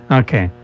okay